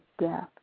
death